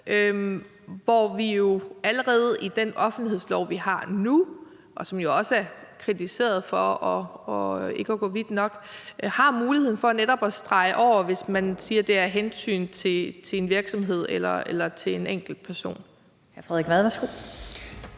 søger efter. Allerede i den offentlighedslov, vi har nu, og som også er kritiseret for ikke at gå vidt nok, har vi jo muligheden for netop at strege over, hvis man siger, at det er af hensyn til en virksomhed eller til en enkelt person.